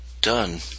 done